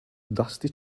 dusty